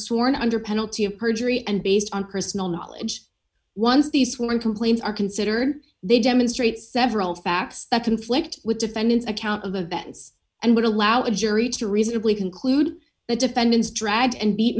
sworn under penalty of perjury and based on personal knowledge once these sworn complaints are considered they demonstrate several facts that conflict with defendant's account of events and would allow the jury to reasonably conclude the defendant's drag and beat